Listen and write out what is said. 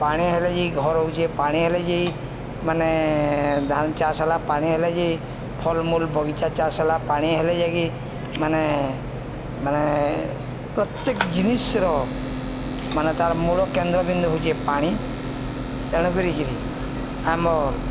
ପାଣି ହେଲେ ଯାଇ ଘର ହଉଚେ ପାଣି ହେଲେ ଯାଇ ମାନେ ଧାନ ଚାଷ ହେଲା ପାଣି ହେଲେ ଯାଇ ଫଲମୂଲ ବଗିଚା ଚାଷ ହେଲା ପାଣି ହେଲେ ଯାଇକି ମାନେ ମାନେ ପ୍ରତ୍ୟେକ ଜିନିଷ୍ର ମାନେ ତାର ମୂଳ କେନ୍ଦ୍ର ବିନ୍ଦୁ ହଉଚେ ପାଣି ତେଣୁ କରିକିରି ଆମର୍